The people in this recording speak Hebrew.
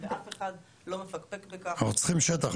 ואף אחד לא מפקפק בכך --- אנחנו צריכים שטח,